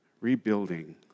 Rebuilding